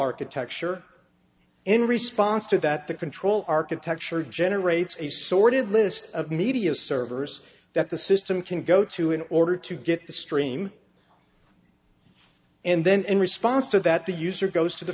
architecture in response to that the control architecture generates a sorted list of media servers that the system can go to in order to get the stream and then in response to that the user goes to the